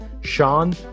Sean